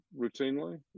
routinely